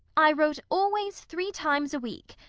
i wrote always three times a week,